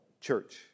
church